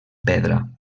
pedra